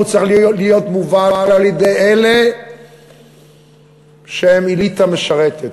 צריך להיות מובל על-ידי אלה שהם אליטה משרתת.